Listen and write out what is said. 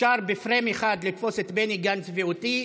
אפשר בפריים אחד לתפוס את בני גנץ ואותי.